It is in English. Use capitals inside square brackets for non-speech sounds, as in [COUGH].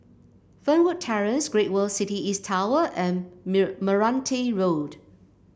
Fernwood Terrace Great World City East Tower and [UNINTELLIGIBLE] Meranti Road